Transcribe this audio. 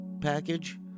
package